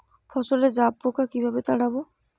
ফসলে জাবপোকা কিভাবে তাড়াব?